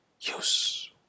use